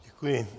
Děkuji.